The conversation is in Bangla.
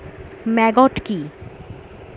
ম্যাগট কি?